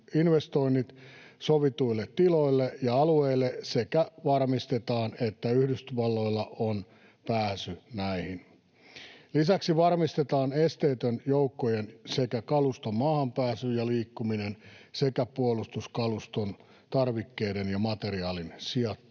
sovituille tiloille ja alueille sekä varmistetaan, että Yhdysvalloilla on pääsy näihin. Lisäksi varmistetaan esteetön joukkojen sekä kaluston maahanpääsy ja liikkuminen sekä puolustuskaluston tarvikkeiden ja materiaalin sijoittuminen